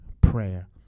prayer